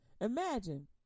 Imagine